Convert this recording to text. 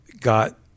got –